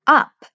up